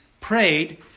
prayed